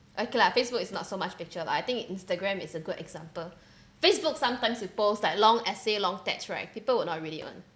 okay lah Facebook is not so much picture but I think Instagram is a good example Facebook sometimes you post like long essay long texts right people will not read it [one]